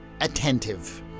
attentive